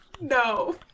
No